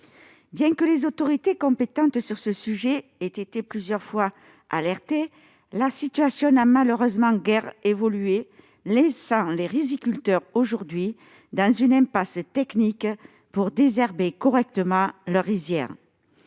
Bien que les autorités compétentes sur le sujet aient été plusieurs fois alertées, la situation n'a malheureusement guère évolué, laissant les riziculteurs aujourd'hui dans une impasse technique pour désherber correctement leurs rizières.